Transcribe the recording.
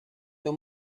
teu